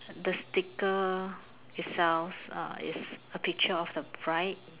the sticker itself uh is a picture of a bride